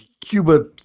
Cuba